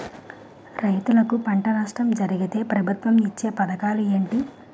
రైతులుకి పంట నష్టం జరిగితే ప్రభుత్వం ఇచ్చా పథకాలు ఏంటి?